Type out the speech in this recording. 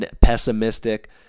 pessimistic